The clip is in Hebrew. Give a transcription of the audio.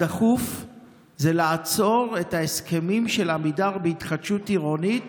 הדחוף זה לעצור את ההסכמים של עמידר בהתחדשות עירונית